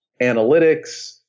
analytics